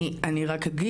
אני בעד.